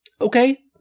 Okay